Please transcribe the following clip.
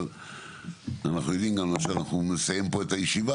אבל אנחנו יודעים גם שאנחנו נסיים פה את הישיבה